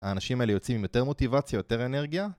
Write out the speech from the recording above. האנשים האלה יוצאים עם יותר מוטיבציה, יותר אנרגיה